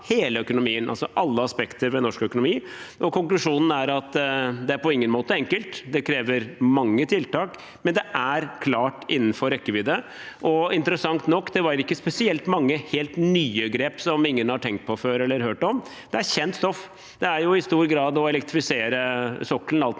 en gjennomgang av alle aspekter ved norsk økonomi. Konklusjonen er at det på ingen måte er enkelt, det krever mange tiltak, men det er klart innenfor rekkevidde, og interessant nok: Det var ikke spesielt mange helt nye grep som ingen har tenkt på før eller hørt om; det er kjent stoff. Det er i stor grad å elektrifisere sokkelen alt